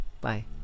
Bye